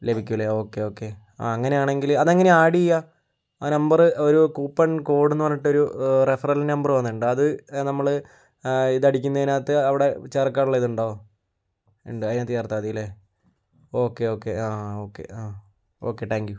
ലഭികുമല്ലേ okay okay ആ അങ്ങനെയാണെങ്കിൽ അതെങ്ങനെയാണ് ആഡ് ചെയ്യുക ആ നമ്പർ ഒരു കൂപ്പൺ കോഡുണ്ടെന്ന് പറഞ്ഞിട്ട് ഒരു റഫറൽ നമ്പർ തന്നിട്ടുണ്ട് അത് നമ്മൾ ഇത് അടിക്കുന്നതിനകത്ത് അവിടെ ചേർക്കാനുള്ള ഇതുണ്ടോ ഉണ്ട് അതിനകത്ത് ചേർത്താൽ മതിയല്ലേ ഓക്കേ ഓക്കേ ആ ഓക്കേ ഓക്കേ ടാങ്ക് യൂ